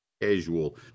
casual